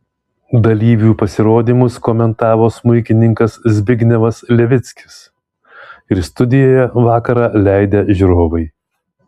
dalyvių pasirodymus komentavo smuikininkas zbignevas levickis ir studijoje vakarą leidę žiūrovai